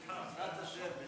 בעזרת השם.